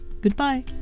goodbye